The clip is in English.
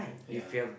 ya